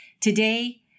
Today